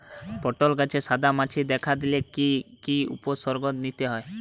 পটল গাছে সাদা মাছি দেখা দিলে কি কি উপসর্গ নিতে হয়?